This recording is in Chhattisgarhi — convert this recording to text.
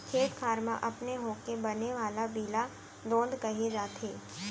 खेत खार म अपने होके बने वाला बीला दोंद कहे जाथे